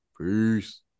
Peace